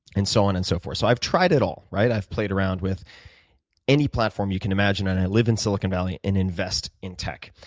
and so on and so forth. so i've tried it all, right? i've played around with any platform you can imagine. and i live in silicon valley and invest in tech.